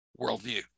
worldview